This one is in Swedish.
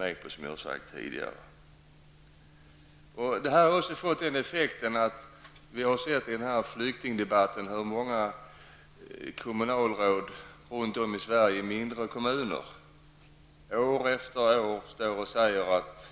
I flyktingdebatten har man kunnat höra hur många kommunalråd från mindre kommuner runt om i Sverige år efter år har sagt att